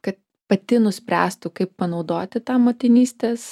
kad pati nuspręstų kaip panaudoti tą motinystės